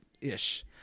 ish